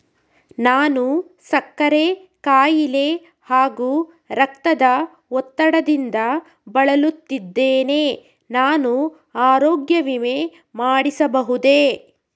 ನಾನು ಸಕ್ಕರೆ ಖಾಯಿಲೆ ಹಾಗೂ ರಕ್ತದ ಒತ್ತಡದಿಂದ ಬಳಲುತ್ತಿದ್ದೇನೆ ನಾನು ಆರೋಗ್ಯ ವಿಮೆ ಮಾಡಿಸಬಹುದೇ?